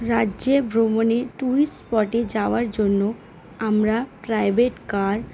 রাজ্যে ভ্রমণে ট্যুরিস্ট স্পটে যাওয়ার জন্য আমরা প্রাইভেট কার